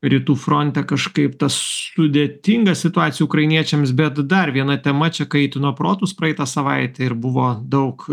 rytų fronte kažkaip ta sudėtinga situacija ukrainiečiams bet dar viena tema čia kaitino protus praeitą savaitę ir buvo daug